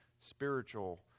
spiritual